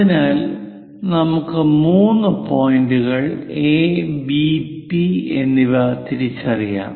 അതിനാൽ നമുക്ക് മൂന്ന് പോയിന്റുകൾ A P B A P B എന്നിവ തിരിച്ചറിയാം